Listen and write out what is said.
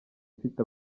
ifite